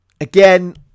Again